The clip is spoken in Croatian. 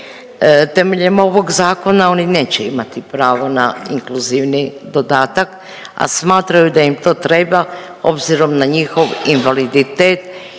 Temeljem ovog zakona oni neće imati pravo na inkluzivni dodatak, a smatraju da im to treba obzirom na njihov invaliditet